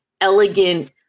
elegant